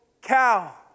cow